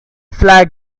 flag